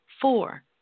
four